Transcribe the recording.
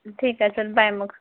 ठीक आहे चल बाय मग